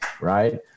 right